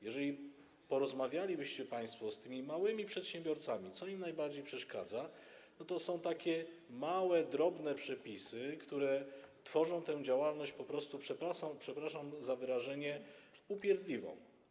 Jeżeli porozmawialibyście państwo z tymi małymi przedsiębiorcami, co im najbardziej przeszkadza, to okazałoby się, że to są takie małe, drobne przepisy, które tworzą tę działalność po prostu, przepraszam za wyrażenie, upierdliwą.